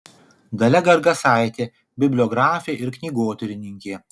dalia gargasaitė bibliografė ir knygotyrininkė